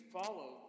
follow